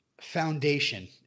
foundation